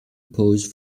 pose